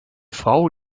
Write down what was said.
frau